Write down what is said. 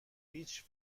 هیچ